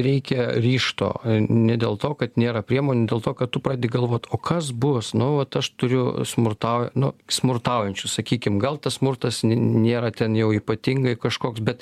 reikia ryžto ne dėl to kad nėra priemonių dėl to kad tu pradedi galvoti o kas bus nu vat aš turiu smurtauj nu smurtaujančių sakykim gal tas smurtas nėra ten jau ypatingai kažkoks bet